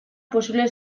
posible